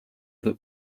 that